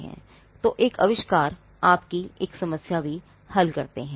तो एक आविष्कार आपकी एक समस्या भी हल करते हैं